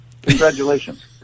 Congratulations